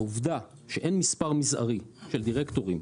העובדה שאין מספר מזערי של דירקטורים,